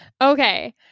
Okay